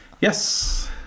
Yes